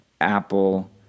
Apple